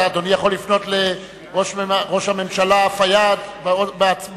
אדוני, אתה יכול לפנות אל ראש הממשלה פיאד בעצמו.